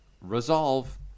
resolve